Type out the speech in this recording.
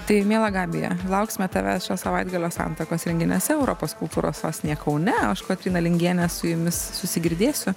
tai miela gabija lauksime tavęs šio savaitgalio santakos renginiuose europos kultūros sostinėje kaune o aš kotryna lingienė su jumis susigirdėsiu